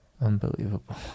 Unbelievable